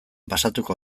pasako